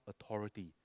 authority